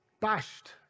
bashed